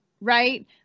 right